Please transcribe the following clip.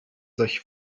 solche